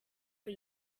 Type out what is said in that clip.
for